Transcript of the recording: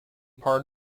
part